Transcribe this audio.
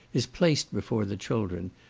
is placed before the children,